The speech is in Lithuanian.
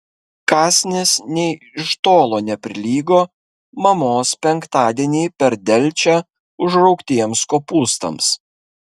kąsnis nė iš tolo neprilygo mamos penktadienį per delčią užraugtiems kopūstams